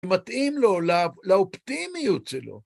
מתאים לו, ל.. לאופטימיות שלו.